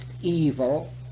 evil